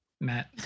Matt